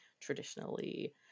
traditionally